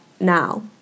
now